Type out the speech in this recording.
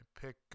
pick